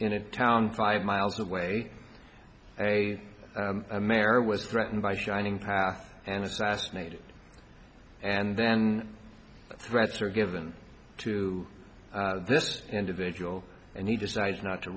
in a town five miles away a mayor was threatened by shining path and assassinated and then threats were given to this individual and he decided not to